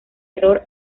error